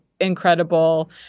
incredible